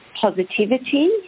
positivity